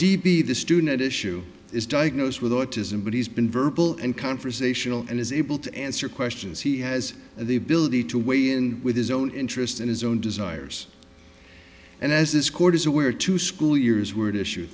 p the student at issue is diagnosed with autism but he's been verbal and conversational and is able to answer questions he has the ability to weigh in with his own interest in his own desires and as this court is aware two school years were to shoot